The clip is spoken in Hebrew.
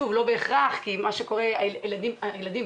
גם זה לא בהכרח כי מה שקורה הוא שילדים נוער